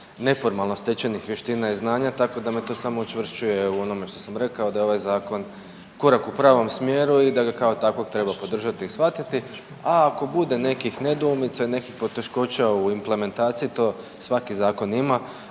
neformalno stečenih vještina i znanja, tako da me to samo učvršćuje u onome što sam rekao da je ovaj zakon korak u pravom smjeru i da ga kao takvog treba podržati i shvatiti. A ako bude nekih nedoumica i nekih poteškoća u implementaciji, to svaki zakon ima,